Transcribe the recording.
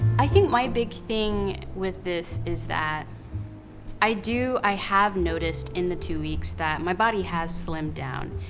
i think my big thing with this is that i do, i have noticed in the two weeks that my body has slimmed down.